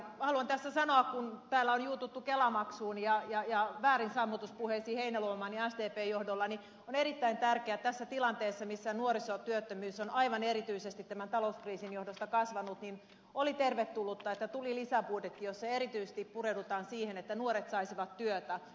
haluan tässä sanoa kun täällä on juututtu kelamaksuun ja väärinsammutuspuheisiin heinäluoman ja sdpn johdolla että on erittäin tärkeää ja tervetullutta että tässä tilanteessa jossa nuorisotyöttömyys on aivan erityisesti tämän talouskriisin johdosta kasvanut tuli lisäbudjetti jossa erityisesti pureudutaan siihen että nuoret saisivat työtä